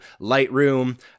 Lightroom